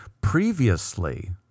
previously